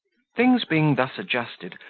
things being thus adjusted,